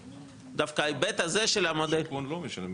דווקא ההיבט הזה של המודל --- הוא לא משלם,